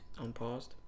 Unpaused